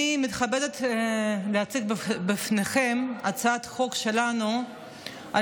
אני מתכבדת להציג בפניכם הצעת חוק שלנו על